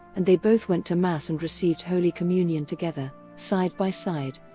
and they both went to mass and received holy communion together, side-by-side.